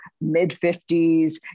mid-50s